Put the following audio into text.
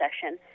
session